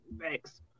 thanks